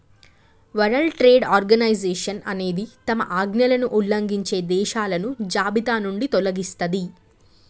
world Trade Organization అనేది తమ ఆజ్ఞలను ఉల్లంఘించే దేశాలను జాబితానుంచి తొలగిస్తది